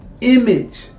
image